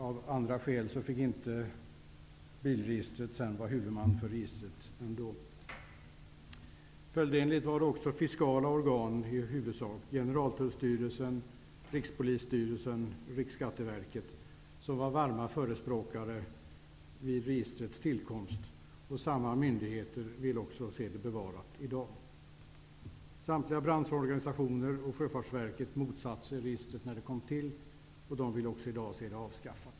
Av vissa skäl fick bilregistret ändå inte vara huvudman för båtregistret. Följdenligt var det i huvudsak fiskala organ, nämligen Generaltullstyrelsen, Rikspolisstyrelsen och Riksskatteverket, som var varma förespråkare av registret vid dess tillkomst. Samma myndigheter vill i dag se registret bevarat. Samtliga branschorganisationer och Sjöfartsverket däremot motsatte sig registret när detta kom till och vill i dag se det avskaffat.